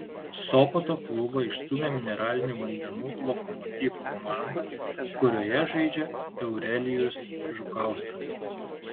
sopoto klubą išstūmė mineralinių vandenų lokomotiv komanda kurioje žaidžia eurelijus žukauskas